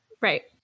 Right